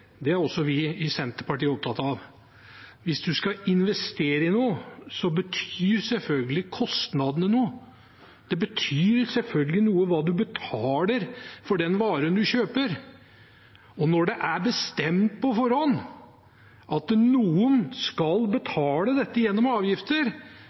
det er også vi i Senterpartiet opptatt av. Hvis man skal investere i noe, betyr selvfølgelig kostnadene noe. Det betyr selvfølgelig noe hva man betaler for den varen man kjøper. Og når det er bestemt på forhånd at noen skal